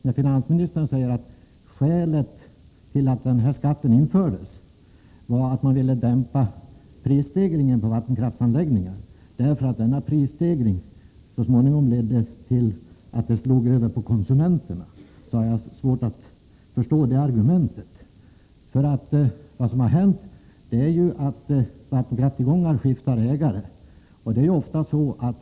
När finansministern säger att skälet till att denna skatt infördes var att man ville dämpa prisstegringen på gamla vattenkraftsanläggningar därför att denna prisstegring så småningom slog över på konsumenterna, så har jag svårt att förstå detta argument. Det har ju hänt att vattenkraftstillgångar skiftar ägare.